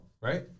Right